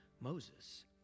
Moses